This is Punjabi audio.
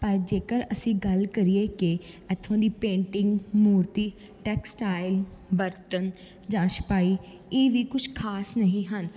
ਪਰ ਜੇਕਰ ਅਸੀਂ ਗੱਲ ਕਰੀਏ ਕਿ ਇੱਥੋਂ ਦੀ ਪੇਂਟਿੰਗ ਮੂਰਤੀ ਟੈਕਸਟਾਈਲ ਬਰਤਨ ਜਾਂ ਛਪਾਈ ਇਹ ਵੀ ਕੁਝ ਖਾਸ ਨਹੀਂ ਹਨ